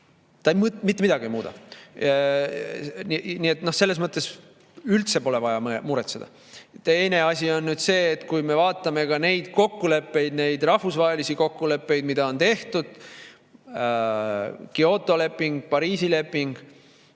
ta ei muuda mitte midagi. Nii et selles mõttes üldse pole vaja muretseda. Teine asi on see, et kui me vaatame neid kokkuleppeid, neid rahvusvahelisi kokkuleppeid, mida on tehtud – Kyoto leping, Pariisi leping